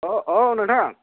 औ औ नोंथां